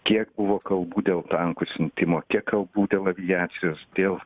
kiek buvo kalbų dėl tankų siuntimo kiek kalbų dėl aviacijos dėl